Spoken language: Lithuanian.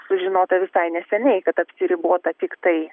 sužinota visai neseniai kad apsiribota tiktai